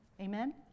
Amen